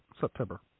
September